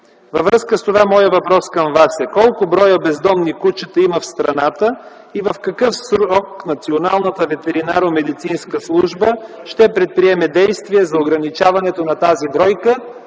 Във връзка с това моят въпрос към Вас е: колко броя бездомни кучета има в страната и в какъв срок Националната ветеринарномедицинска служба ще предприеме действия за ограничаването на тази бройка?